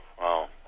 Wow